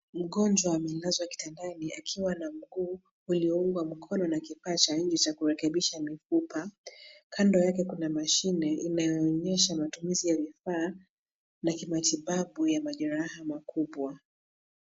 Mgonjwa amelazwa kitandani akiwa na mguu ulioungwa mkono na kifaa laini cha kurekebisha mifupa. Kando yake kuna mashine inayoonyesha matumizi ya vifaa na kimatibabu majeraha makubwa.